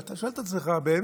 ואתה שואל את עצמך באמת: